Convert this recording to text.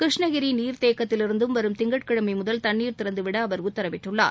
கிருஷ்ணகிரி நீர்த்தேக்கத்திலிருந்தும் வரும் திங்கட்கிழமை முதல் தண்ணீர் திறந்துவிட அவர் உத்தரவிட்டுள்ளார்